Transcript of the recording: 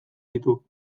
ditu